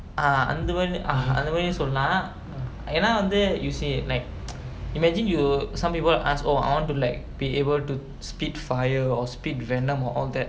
uh அந்தமாரி சொன்னா ஏனா வந்து:anthamaari sonnaa yaenaa vanthu you see imagine you some people ask oh I want to be able to like spit fire or spit venom all that